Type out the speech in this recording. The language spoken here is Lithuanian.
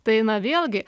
tai na vėlgi